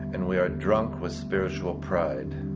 and we are drunk with spiritual pride.